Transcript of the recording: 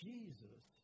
Jesus